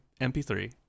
MP3